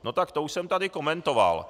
No tak to už jsem tady komentoval.